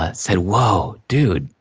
ah said, whoa, dude,